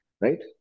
right